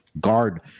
guard